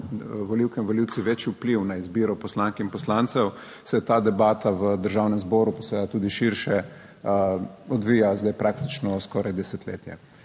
volivke in volivci večji vpliv na izbiro poslank in poslancev, se ta debata v Državnem zboru, pa seveda tudi širše, odvija zdaj praktično skoraj desetletje.